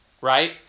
right